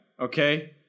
okay